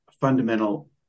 fundamental